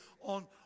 on